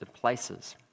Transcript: places